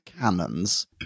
cannons